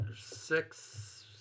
six